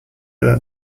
that